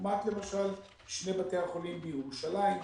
דוגמת למשל שני בתי החולים בירושלים,